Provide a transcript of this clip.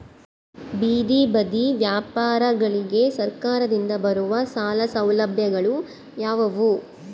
ಬೇದಿ ಬದಿ ವ್ಯಾಪಾರಗಳಿಗೆ ಸರಕಾರದಿಂದ ಬರುವ ಸಾಲ ಸೌಲಭ್ಯಗಳು ಯಾವುವು?